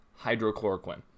hydrochloroquine